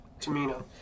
Tamina